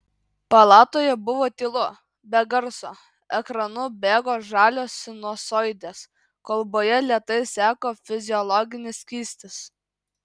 palatoje buvo tylu be garso ekranu bėgo žalios sinusoidės kolboje lėtai seko fiziologinis skystis